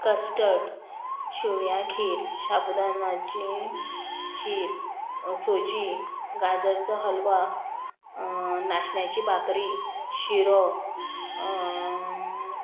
custard शेवयां खीर शाबूदानाची खीर सोजी गाजरचो हलवा नाशण्याची बाकरी शिरो